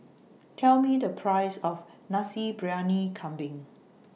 Tell Me The Price of Nasi Briyani Kambing